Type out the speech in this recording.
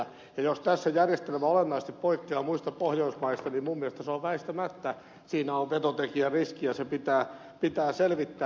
ja jos tässä järjestelmä olennaisesti poikkeaa muista pohjoismaista niin minun mielestäni väistämättä siinä on vetotekijäriski ja se pitää selvittää